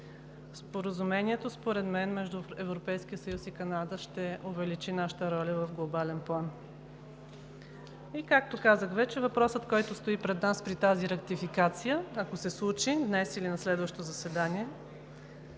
споразумението между Европейския съюз и Канада ще увеличи нашата роля в глобален план и, както казах вече, въпросът, който стои пред нас при тази ратификация, ако се случи днес или на следващо заседание,